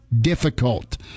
difficult